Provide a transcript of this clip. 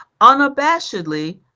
unabashedly